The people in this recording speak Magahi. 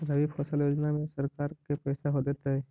रबि फसल योजना में सरकार के पैसा देतै?